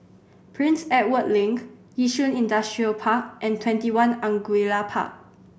Prince Edward Link Yishun Industrial Park and TwentyOne Angullia Park